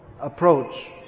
approach